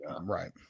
Right